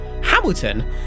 Hamilton